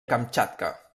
kamtxatka